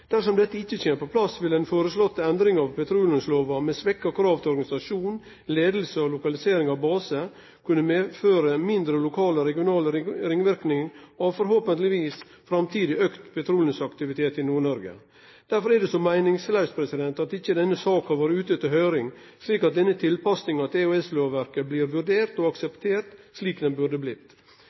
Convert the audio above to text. Dersom dette ikkje kjem på plass, vil den føreslåtte endringa av petroleumslova med svekte krav til organisasjon, leiing og lokalisering av basar, kunne medføre mindre lokale og regionale ringverknader av forhåpentlegvis framtidig auka petroleumsaktivitet i Nord-Noreg. Derfor er det så meiningslaust at denne saka ikkje har vore ute til høyring, slik at denne tilpassinga til EØS-lovverket blei vurdert og akseptert, slik ho burde ha blitt.